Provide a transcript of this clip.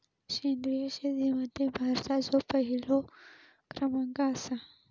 सेंद्रिय शेतीमध्ये भारताचो पहिलो क्रमांक आसा